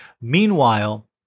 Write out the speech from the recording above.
Meanwhile